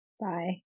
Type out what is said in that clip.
Bye